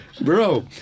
Bro